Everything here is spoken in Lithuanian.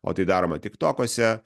o tai daroma tiktokuose